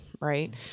right